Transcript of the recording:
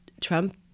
Trump